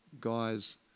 guys